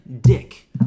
dick